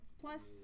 Plus